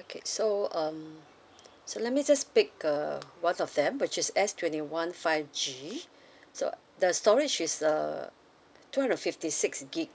okay so um so let me just pick uh one of them which is S twenty one five G so the storage is uh two hundred and fifty six gig